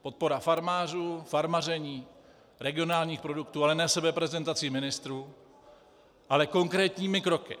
Podpora farmářů, farmaření, regionálních produktů ale ne sebeprezentací ministrů, ale konkrétními kroky.